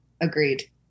Agreed